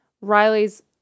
Riley's